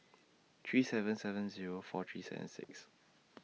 three seven seven Zero four three seven six